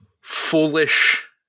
foolish